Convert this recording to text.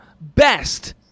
best